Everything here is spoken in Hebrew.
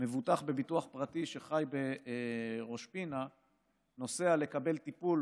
מבוטח בביטוח פרטי שחי בראש פינה נוסע לקבל טיפול